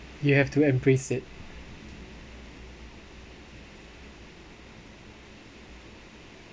you have to embrace it